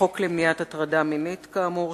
החוק למניעת הטרדה מינית כאמור,